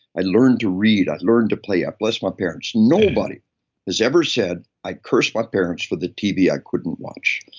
i learned to read. i learned to play. i bless my parents. nobody has ever said, i curse my parents for the tv i couldn't watch.